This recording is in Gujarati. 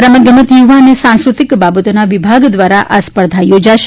રમતગમત યુવા અને સાંસ્કૃતિક બાબતોના વિભાગ દ્વારા આ સ્પર્ધા યોજાશે